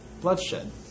bloodshed